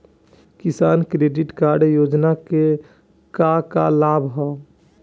किसान credit card योजना के का का लाभ ह?